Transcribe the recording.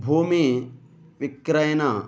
भूमिविक्रयणस्य